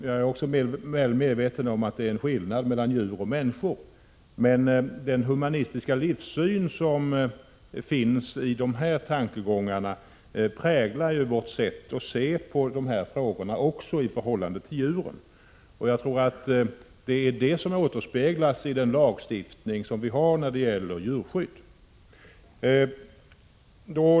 Jag är också väl medveten om att det är en skillnad mellan djur och människor, men den humanistiska livssynen i dessa tankegångar präglar vårt sätt att se på dessa frågor också i förhållande till djuren. Det är det som återspeglas i den svenska lagstiftningen om djurskydd.